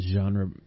genre